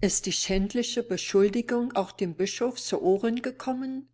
ist die schändliche beschuldigung auch dem bischof zu ohren gekommen